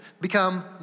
become